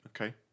Okay